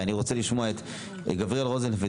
גבריאל רוזנפלד,